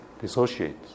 Dissociate